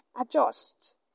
adjust